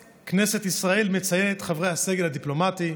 חברי הסגל הדיפלומטי,